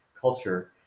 culture